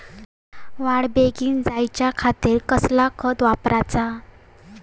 वाढ बेगीन जायच्या खातीर कसला खत वापराचा?